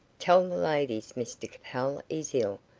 tell the ladies mr capel is ill.